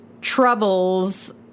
troubles